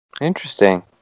Interesting